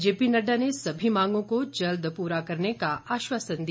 जेपीनड्डा ने सभी मांगों को जल्द पूरा करने का आश्वासन दिया